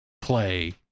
play